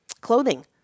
clothing